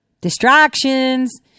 Distractions